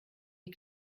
die